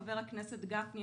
חבר הכנסת גפני,